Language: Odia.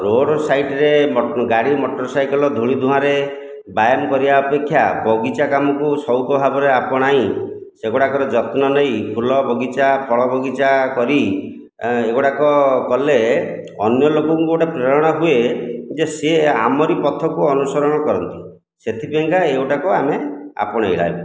ରୋଡ୍ ସାଇଡ୍ରେ ଗାଡ଼ି ମୋଟରସାଇକେଲ ଧୂଳି ଧୂଆଁରେ ବ୍ୟାୟାମ କରିବା ଅପେକ୍ଷା ବଗିଚା କାମକୁ ସଉକ ଭାବରେ ଆପଣାଇ ସେଗୁଡ଼ିକର ଯତ୍ନ ନେଇ ଫୁଲ ବଗିଚା ଫଳ ବଗିଚା କରି ଏଗୁଡ଼ାକ କଲେ ଅନ୍ୟ ଲୋକଙ୍କୁ ଗୋଟିଏ ପ୍ରେରଣା ହୁଏ ଯେ ସେ ଆମରି ପଥକୁ ଅନୁସରଣ କରନ୍ତି ସେଥିପାଇଁକା ଏହି ଗୋଟାକ ଆମେ ଆପଣାଇବା